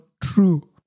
true